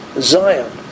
Zion